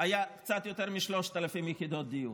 היה קצת יותר מ-3,000 יחידות דיור.